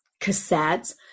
cassettes